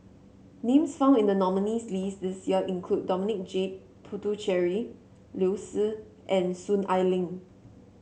names found in the nominees' list this year include Dominic J Puthucheary Liu Si and Soon Ai Ling